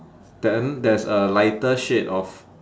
then there's a lighter shade of